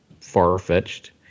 far-fetched